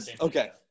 okay